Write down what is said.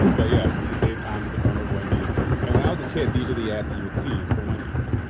um but yes, this is dave thomas the founder of wendy's and when i was a kid these are the ads you would see for wendy's.